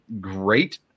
great